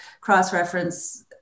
cross-reference